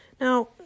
Now